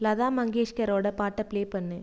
லதா மங்கேஷ்கரோடய பாட்டை பிளே பண்ணு